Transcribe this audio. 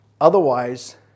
Otherwise